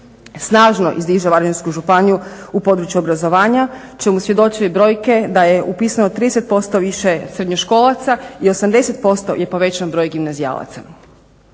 snažno izdiže Varaždinsku županiju u području obrazovanja čemu svjedoče i brojke da je upisano 30% više srednjoškolaca i 80% je povećan broj gimnazijalaca.